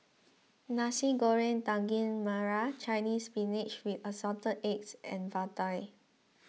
Nasi Goreng Daging Merah Chinese Spinach with Assorted Eggs and Vadai